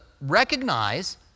recognize